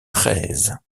treize